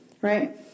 Right